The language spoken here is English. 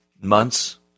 months